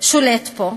שולט בו.